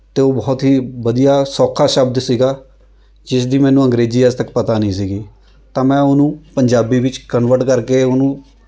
ਅਤੇ ਉਹ ਬਹੁਤ ਹੀ ਵਧੀਆ ਸੌਖਾ ਸ਼ਬਦ ਸੀਗਾ ਜਿਸ ਦੀ ਮੈਨੂੰ ਅੰਗਰੇਜ਼ੀ ਅੱਜ ਤੱਕ ਪਤਾ ਨਹੀਂ ਸੀਗੀ ਤਾਂ ਮੈਂ ਉਹਨੂੰ ਪੰਜਾਬੀ ਵਿੱਚ ਕਨਵਰਟ ਕਰਕੇ ਉਹਨੂੰ